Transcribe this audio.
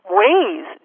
ways